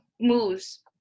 moves